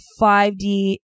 5D